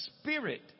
spirit